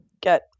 get